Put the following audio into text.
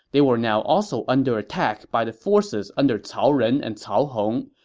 they were now also under attack by the forces under cao ren and cao hong,